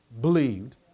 believed